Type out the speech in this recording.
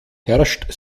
herrscht